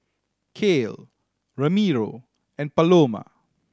Kale Ramiro and Paloma